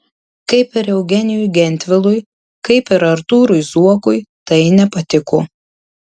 kaip ir eugenijui gentvilui kaip ir artūrui zuokui tai nepatiko